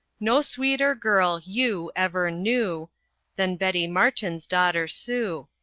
no sweeter girl ewe ever gnu than betty martin's daughter sue.